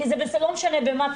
כי לא משנה במה,